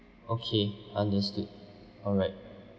okay understood alright